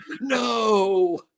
no